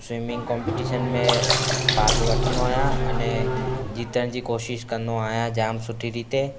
swimming competition में भाग वठंदो आहियां अने जितण जी कोशिशि कंदो आहियां जाम सुठी रीति